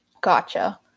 Gotcha